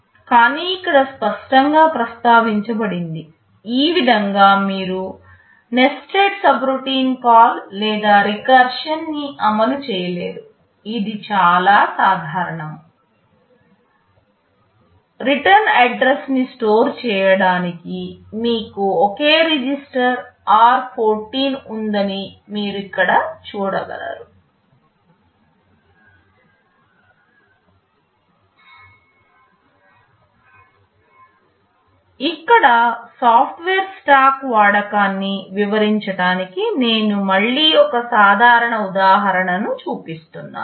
కానీ ఇక్కడ స్పష్టంగా ప్రస్తావించబడింది ఈ విధంగా మీరు నేస్తెడ్ సబ్రోటిన్ కాల్ లేదా రీకర్షన్ ని అమలు చేయలేరు ఇది చాలా సాధారణం రిటర్న్ అడ్రస్ ని స్టోర్ చేయడానికి మీకు ఒకే రిజిస్టర్ r14 ఉందని మీరు ఇక్కడ చూడగలరు ఇక్కడ సాఫ్ట్వేర్ స్టాక్ వాడకాన్ని వివరించటానికి నేను మళ్ళీ ఒక సాధారణ ఉదాహరణను చూపిస్తున్నాను